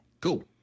Cool